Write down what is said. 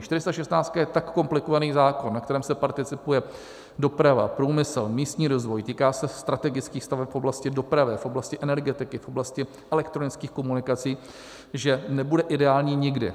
Čtyřistašestnáctka je tak komplikovaný zákon, ve kterém se participuje doprava, průmysl, místní rozvoj, týká se strategických staveb v oblasti dopravy, v oblasti energetiky, v oblasti elektronických komunikací, že nebude ideální nikdy.